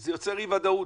זה יוצר אי ודאות.